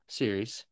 series